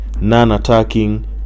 non-attacking